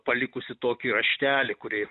palikusi tokį raštelį kurį